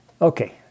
Okay